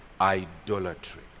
idolatry